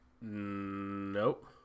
Nope